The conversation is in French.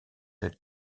telle